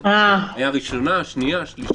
קריאה ראשונה, שנייה, שלישית.